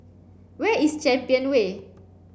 where is Champion Way